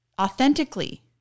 authentically